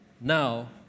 now